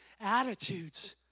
attitudes